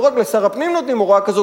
לא רק לשר הפנים נותנים הוראה כזו,